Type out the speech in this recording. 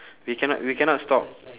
we cannot we cannot stop